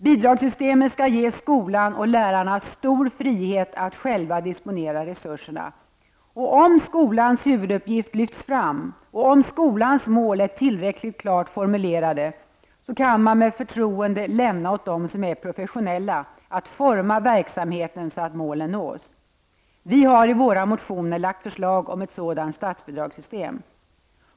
Bidragssystemet skall ge skolan och lärarna stor frihet att själva disponera resurserna. Om skolans huvuduppgift lyfts fram och skolans mål är tillräckligt klart formulerade, kan man med förtroende lämna åt dem som är professionella att forma verksamheten så att målen nås. Vi har i våra motioner lagt fram förslag om ett sådant statsbidragssystem.